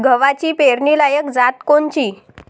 गव्हाची पेरनीलायक चांगली जात कोनची?